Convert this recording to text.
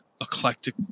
eclectic